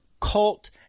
cult